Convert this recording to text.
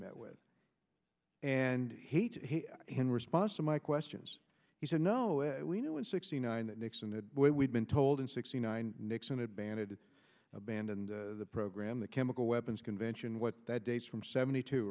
met with and in response to my questions he said no we knew in sixty nine that nixon that we'd been told in sixty nine nixon had banded abandoned the program the chemical weapons convention what that dates from seventy two